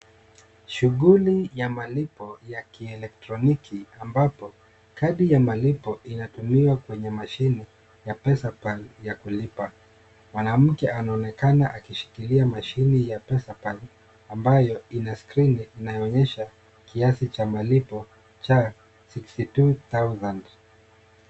Shughuli ya malipo ya kielektroniki ambapo kadi ya malipo. inatumiwa kwenye mashine ya PesaPal ya kulipa. Mwanamke anaonekana akishikilia mashini ya PesaPal, ambayo ina skrini anayoonyesha kiasi cha malipo cha 62000.